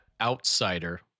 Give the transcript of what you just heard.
outsider